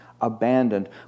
abandoned